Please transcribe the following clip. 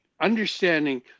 understanding